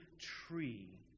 tree